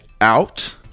out